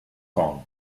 kong